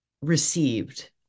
received